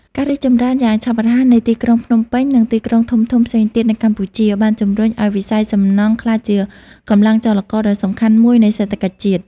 ការរីកចម្រើនយ៉ាងឆាប់រហ័សនៃទីក្រុងភ្នំពេញ និងទីក្រុងធំៗផ្សេងទៀតនៅកម្ពុជា បានជំរុញឱ្យវិស័យសំណង់ក្លាយជាកម្លាំងចលករដ៏សំខាន់មួយនៃសេដ្ឋកិច្ចជាតិ។